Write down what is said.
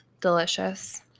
Delicious